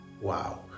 wow